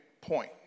point